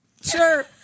sure